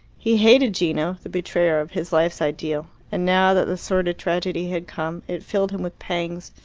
he hated gino, the betrayer of his life's ideal, and now that the sordid tragedy had come, it filled him with pangs,